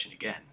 again